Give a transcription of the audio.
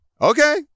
Okay